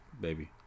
baby